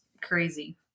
crazy